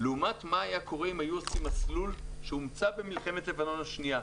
לעומת מה היה קורה אם היו עושים מסלול שהומצא במלחמת לבנון השנייה.